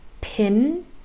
pin